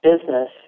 business